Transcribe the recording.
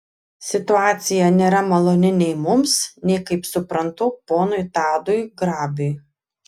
situacija nėra maloni nei mums nei kaip suprantu ponui tadui grabiui